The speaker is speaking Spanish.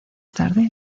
tarde